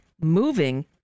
Moving